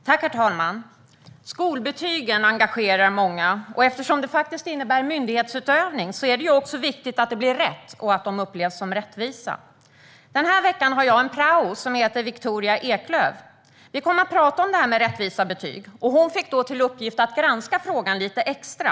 Herr talman! Skolbetygen engagerar många. Eftersom det faktiskt innebär myndighetsutövning är det också viktigt att det blir rätt och att de upplevs som rättvisa. Den här veckan har jag en praoelev som heter Viktoria Eklöf. Vi kom att prata om det här med rättvisa betyg. Hon fick då till uppgift att granska frågan lite extra.